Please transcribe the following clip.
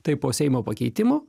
tai po seimo pakeitimo